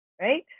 right